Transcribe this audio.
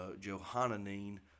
Johannine